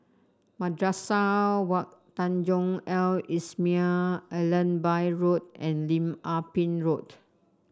Madrasah Wak Tanjong Al Islamiah Allenby Road and Lim Ah Pin Road